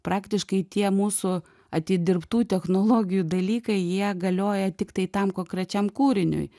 praktiškai tie mūsų atidirbtų technologijų dalykai jie galioja tiktai tam konkrečiam kūriniui